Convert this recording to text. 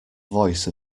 voice